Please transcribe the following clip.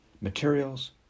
materials